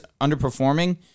underperforming